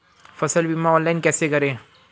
फसल बीमा ऑनलाइन कैसे करें?